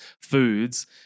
foods